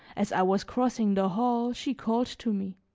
as i was crossing the hall she called to me